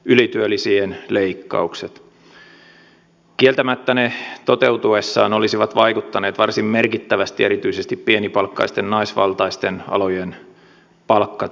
kieltämättä ne toteutuessaan olisivat vaikuttaneet varsin merkittävästi erityisesti pienipalkkaisten naisvaltaisten alojen palkkatasoon